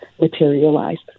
materialized